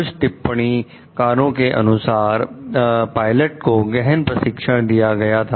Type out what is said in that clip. कुछ टिप्पणी कारों के अनुसार पायलट को गहन प्रशिक्षण दिया गया था